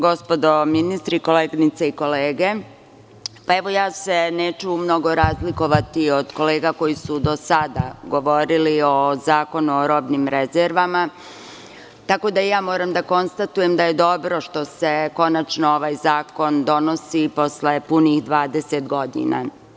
Gospodo ministri, koleginice i kolege, ja se neću mnogo razlikovati od kolega koji su do sada govorili o zakonu o robnim rezervama, tako da i ja moram da konstatujem da je dobro što se konačno ovaj zakon donosi posle punih 20 godina.